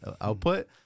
output